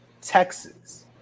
Texas